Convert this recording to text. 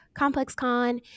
ComplexCon